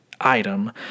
item